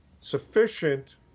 sufficient